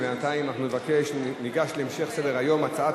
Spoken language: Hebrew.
בינתיים אנחנו ניגש להמשך סדר-היום: הצעת